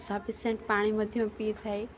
sufficient ପାଣି ମଧ୍ୟ ପିଇଥାଏ